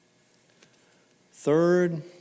Third